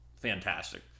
fantastic